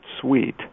sweet